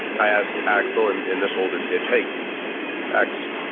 i ask axel and and this older kid, hey ax,